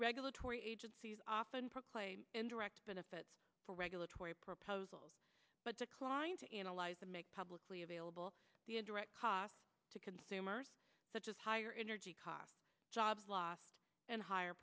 regulatory agencies often proclaim indirect benefits for regulatory proposals but declined to analyze the make publicly available the a direct cost to consumers such as higher energy costs job loss and higher